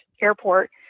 airport